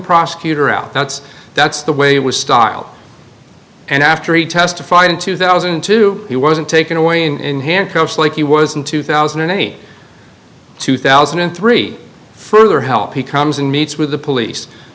prosecutor out that's that's the way it was styled and after he testified in two thousand and two he wasn't taken away in handcuffs like he was in two thousand and eight two thousand and three further help he comes and meets with the police